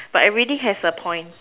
but it really have a point